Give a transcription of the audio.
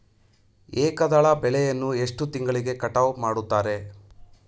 ಏಕದಳ ಬೆಳೆಯನ್ನು ಎಷ್ಟು ತಿಂಗಳಿಗೆ ಕಟಾವು ಮಾಡುತ್ತಾರೆ?